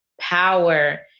power